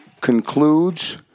concludes